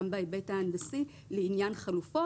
גם בהיבט ההנדסי לעניין חלופות,